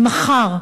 אבל מחר,